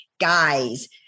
guys